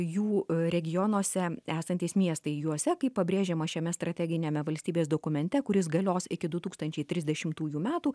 jų regionuose esantys miestai juose kaip pabrėžiama šiame strateginiame valstybės dokumente kuris galios iki du tūkstančiai trisdešimtųjų metų